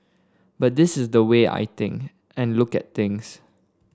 but this is the way I think and look at things